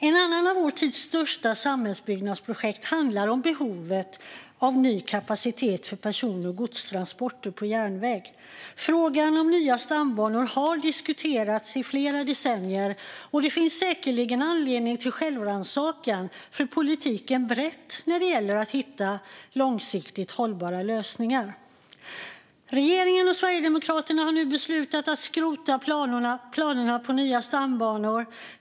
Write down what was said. Ett annat av vår tids största samhällsbyggnadsprojekt handlar om behovet av ny kapacitet för person och godstransporter på järnväg. Frågan om nya stambanor har diskuterats i flera decennier, och det finns säkerligen anledning till självrannsakan för politiken brett när det gäller att hitta långsiktigt hållbara lösningar. Regeringen och Sverigedemokraterna har nu beslutat att skrota planerna på nya stambanor.